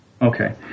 Okay